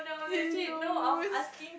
he knows